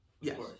Yes